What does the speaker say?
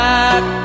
back